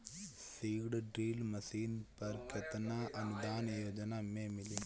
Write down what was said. Seed drill machine पर केतना अनुदान योजना में मिली?